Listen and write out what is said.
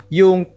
yung